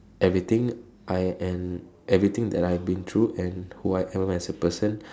everything I and everything that I've been through and who I am as a person